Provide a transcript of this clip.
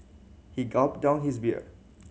he gulped down his beer